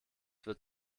wird